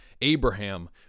Abraham